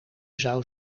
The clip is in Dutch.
zou